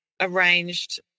arranged